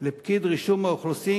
לפקיד רישום האוכלוסין,